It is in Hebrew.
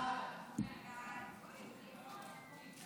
סעיף 1 נתקבל.